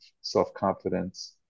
self-confidence